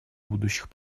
будущих